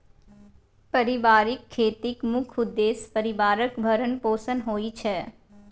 परिबारिक खेतीक मुख्य उद्देश्य परिबारक भरण पोषण होइ छै